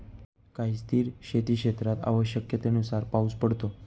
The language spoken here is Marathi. काही स्थिर शेतीक्षेत्रात आवश्यकतेनुसार पाऊस पडतो